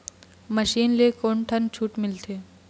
Machine ले ले कोन ठन छूट मिलथे?